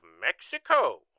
Mexico